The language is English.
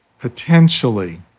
potentially